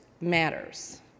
matters